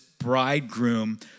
bridegroom